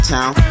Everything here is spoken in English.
town